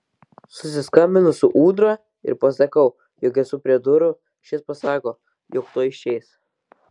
susiskambinu su ūdra ir pasakau jog esu prie durų šis pasako jog tuoj išeis